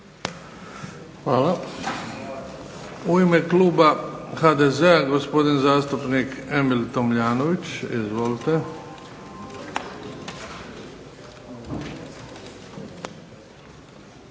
Hvala. U ime kluba IDS-a gospodin zastupnik Damir Kajin. Izvolite.